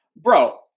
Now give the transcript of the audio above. Bro